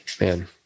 man